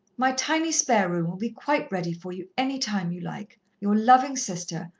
my tiny spare-room will be quite ready for you, any time you like. your loving sister,